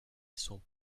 sont